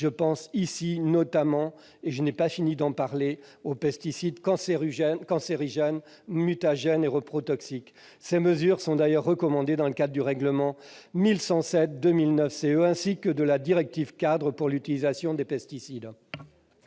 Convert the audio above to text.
Je pense notamment- et je n'ai pas fini d'en parler -aux pesticides cancérigènes, mutagènes et reprotoxiques. Ces mesures sont d'ailleurs recommandées dans le cadre du règlement CE n° 1107/2009 et de la directive-cadre sur l'utilisation des pesticides.